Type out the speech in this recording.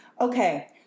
Okay